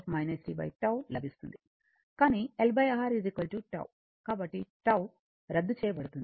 Τ కాబట్టి τ రద్దు చేయ బడుతుంది